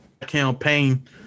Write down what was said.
campaign